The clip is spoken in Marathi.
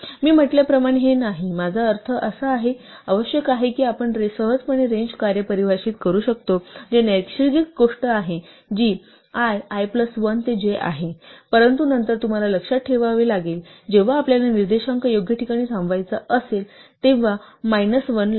मी म्हटल्याप्रमाणे हे नाही माझा अर्थ आहे आवश्यक आहे की आपण सहजपणे रेंज कार्य परिभाषित करू शकता जे नैसर्गिक गोष्ट करते जी i i plus 1 ते j आहे परंतु नंतर तुम्हाला लक्षात ठेवावे लागेल जेव्हा आपल्याला निर्देशांक योग्य ठिकाणी थांबवायचा असेल तेव्हा मायनस 1 लावा